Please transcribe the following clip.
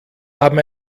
haben